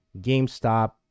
GameStop